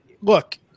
look